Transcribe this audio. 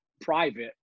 private